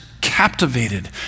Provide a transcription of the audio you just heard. captivated